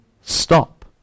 stop